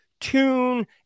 tune